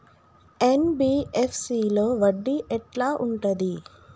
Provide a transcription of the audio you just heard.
NBFC లో వడ్డీ ఎట్లా ఉంటది?